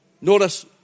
Notice